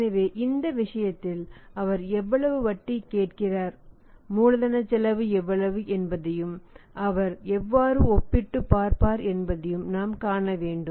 எனவே இந்த விஷயத்தில் அவர் எவ்வளவு வட்டி கேட்கிறார் மூலதன செலவு எவ்வளவு என்பதையும் அவர் எவ்வாறு ஒப்பிட்டுப் பார்ப்பார் என்பதை நாம் காண வேண்டும்